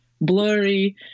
blurry